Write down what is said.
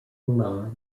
lines